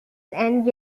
and